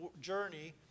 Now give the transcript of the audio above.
journey